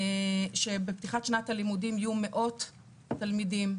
שבפתיחת שנת הלימודים יהיו מאות תלמידים,